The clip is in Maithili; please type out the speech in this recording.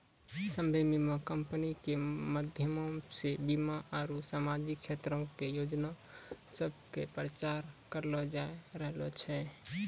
सभ्भे बीमा कंपनी के माध्यमो से बीमा आरु समाजिक क्षेत्रो के योजना सभ के प्रचार करलो जाय रहलो छै